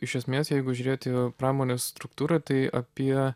iš esmės jeigu žiūrėti pramonės struktūrą tai apie